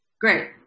Great